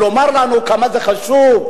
ולומר לנו כמה זה חשוב,